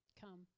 come